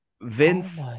vince